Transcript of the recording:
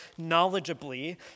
knowledgeably